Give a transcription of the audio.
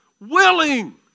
willing